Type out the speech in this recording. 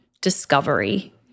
discovery